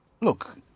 look